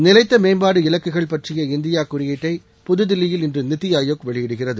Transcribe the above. நிலைத்த மேம்பாடு இலக்குகள் பற்றிய இந்தியா குறியீட்டை புதுதில்லியில் இன்று நித்தி ஆயோக் வெளியிடுகிறது